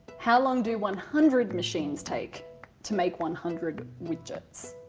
how long do one hundred machines take to make one hundred widgets?